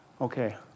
Okay